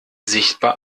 sichtbar